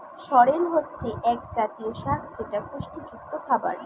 সরেল হচ্ছে এক জাতীয় শাক যেটা পুষ্টিযুক্ত খাবার